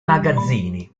magazzini